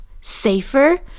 Safer